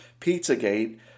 Pizzagate